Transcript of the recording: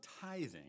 tithing